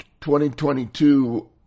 2022